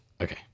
okay